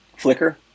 Flickr